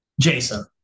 Jason